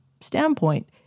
standpoint